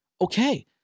Okay